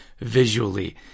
visually